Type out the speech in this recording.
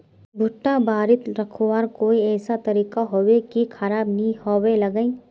भुट्टा बारित रखवार कोई ऐसा तरीका होबे की खराब नि होबे लगाई?